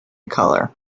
color